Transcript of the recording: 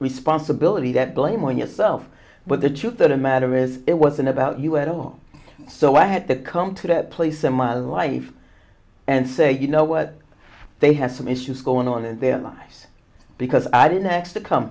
responsibility that blame on yourself but the truth of the matter is it wasn't about you at all so i had to come to that place in my life and say you know what they had some issues going on in their life because i didn't x the come